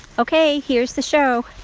ok, here's the show